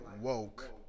woke